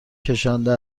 کشانده